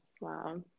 Wow